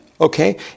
okay